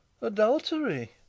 Adultery